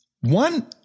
One